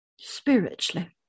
Spiritually